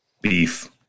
Beef